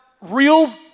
real